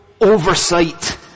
oversight